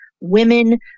women